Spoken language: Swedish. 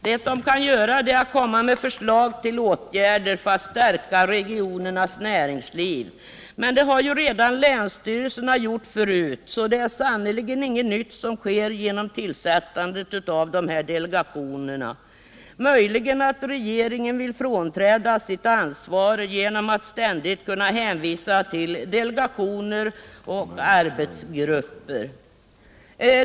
Vad de kan göra är att komma med förslag till åtgärder för att stärka regionernas näringsliv. Men det har ju länsstyrelserna redan gjort, så det är sannerligen ingenting nytt som sker genom tillsättandet av dessa delegationer. Möjligen vill regeringen frånträda sitt ansvar genom att ständigt kunna hänvisa till delegationer och arbetsgrupper.